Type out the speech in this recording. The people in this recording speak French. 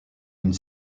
une